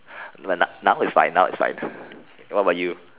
when now is fine now is fine what about you